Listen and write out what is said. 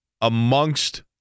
amongst